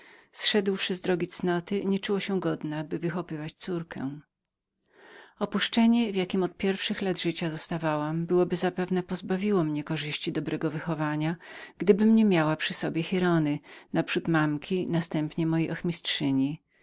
doświadczając jakichś wyrzutów sumienia nie czuła się godną do prowadzenia córki opuszczenie w jakiem od pierwszych lat życia zostawałam byłoby zapewne pozbawiło mnie korzyści dobrego wychowania gdybym nie była miała przy sobie giraldy naprzód mamki następnie mojej ochmistrzyni